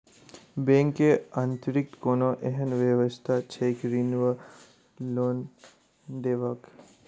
Bank केँ अतिरिक्त कोनो एहन व्यवस्था छैक ऋण वा लोनदेवाक?